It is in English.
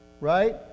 right